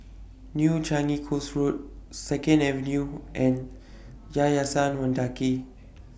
New Changi Coast Road Second Avenue and Yayasan Mendaki